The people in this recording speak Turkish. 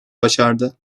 başardı